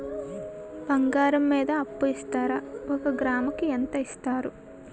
బంగారం మీద అప్పు ఇస్తారా? ఒక గ్రాము కి ఎంత ఇస్తారు?